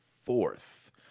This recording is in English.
fourth